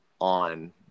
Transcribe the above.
on